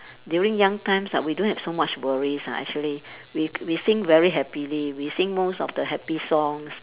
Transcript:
during young times ah we don't have so much worries ah actually we we sing very happily we sing most of the happy songs